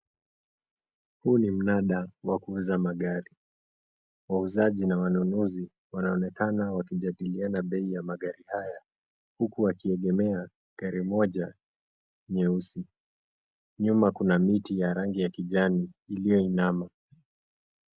Huu ni mnada wa kuuza magari. Wauzaji na wanunuzi wanaonekana wakijadiliana bei ya magari haya, huku wakiegemea gari moja nyeusi. Nyuma kuna miti ya rangi ya kijani ilioinama.